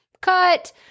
cut